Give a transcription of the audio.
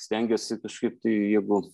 stengiuosi kažkaip tai jeigu